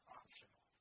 optional